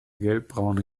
gelbbraune